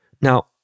now